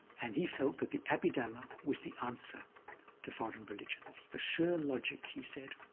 and he felt that the abhidhamma was the answer to foreign religions. the sheer logic, he said,